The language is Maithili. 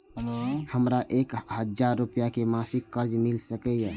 हमरा एक हजार रुपया के मासिक कर्ज मिल सकिय?